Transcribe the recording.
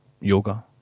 Yoga